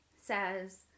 says